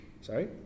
sorry